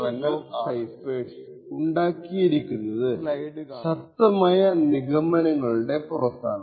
ആധുനിക block ciphers ഉണ്ടാക്കിയിരി ക്കുന്നത് ശക്തമായ നിഗമനങ്ങളുടെ പുറത്താണ്